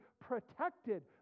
protected